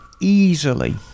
easily